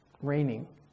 raining